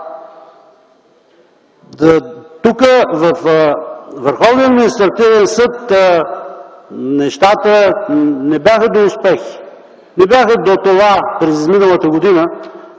съд нещата не бяха до успехи, не бяха до това през изминалата година